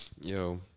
Yo